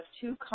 two